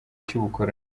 cy’ubukoloni